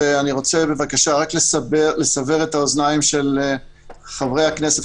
אני רוצה רק לסבר את אוזני חברי הכנסת,